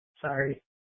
Sorry